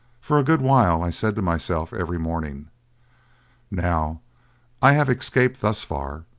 for a good while i said to myself every morning now i have escaped thus far,